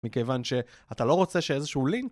מכיוון שאתה לא רוצה שאיזשהו לינק...